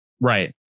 Right